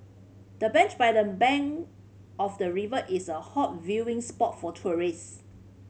the bench by the bank of the river is a hot viewing spot for tourist